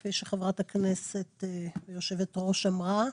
כפי שחברת הכנסת ויושבת הראש אמרה,